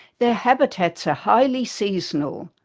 their habitats are highly seasonal,